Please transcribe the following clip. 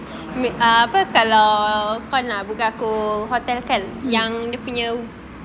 um